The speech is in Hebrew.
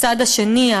הצד השני,